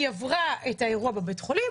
היא עברה את האירוע בבית חולים,